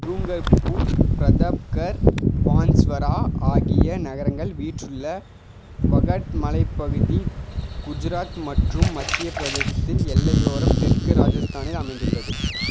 டூங்கர்பூர் பிரதாப்கர் பான்ஸ்வரா ஆகிய நகரங்கள் வீற்றுள்ள வாகட் மலைப்பகுதி குஜராத் மற்றும் மத்திய பிரதேசத்தின் எல்லையோரம் தெற்கு ராஜஸ்தானில் அமைந்துள்ளது